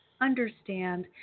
understand